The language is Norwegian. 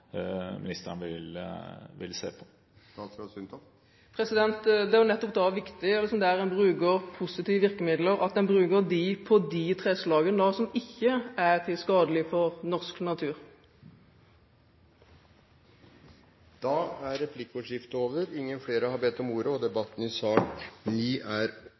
ministeren vil se på? Det er nettopp da viktig at der en bruker positive virkemidler, at man bruker dem på de treslagene som ikke er til skade for norsk natur. Replikkordskiftet er omme. Flere har ikke bedt om ordet til sak nr. 9. Etter ønske fra energi- og